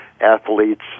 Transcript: athletes